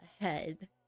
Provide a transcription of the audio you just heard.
ahead